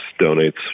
donates